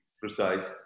precise